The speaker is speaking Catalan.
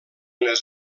les